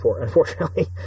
unfortunately